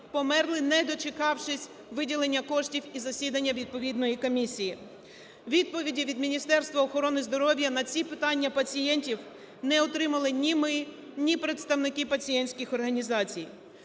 померли, не дочекавшись виділення коштів і засідання відповідної комісії. Відповіді від Міністерства охорони здоров'я на ці питання пацієнтів не отримали ні ми, ні представники пацієнтських організацій.